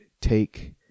take